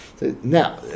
Now